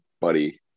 buddy